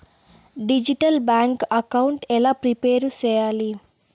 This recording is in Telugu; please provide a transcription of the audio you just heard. డిజిటల్ బ్యాంకు అకౌంట్ ఎలా ప్రిపేర్ సెయ్యాలి?